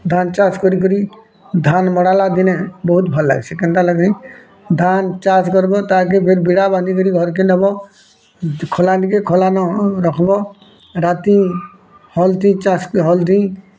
ଧାନ୍ ଚାଷ୍ କରି କରି ଧାନ୍ ବାଡ଼ାଲେ ଦିନେ ବହୁତ ଭଲ୍ ଲାଗ୍ସି କେନ୍ତା ଲାଗେ ଧାନ୍ ଚାଷ୍ କରିବୋ ତା କେ ଦିନ୍ ବିଡ଼ା ବାନ୍ଧି କିରି ଘର୍କେ ନବ ଖଲା ଟିକେ ଖଲା ନ ହ ରଖ୍ବୋ ରାତି ହଲ୍ଟି ଚାଷ ହଲ୍ଟି